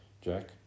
Jack